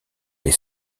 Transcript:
les